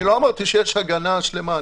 לא אמרתי שיש הגנה שלמה.